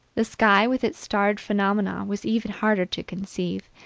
the sky, with its starred phenomena, was even harder to conceive,